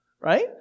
right